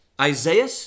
Isaiah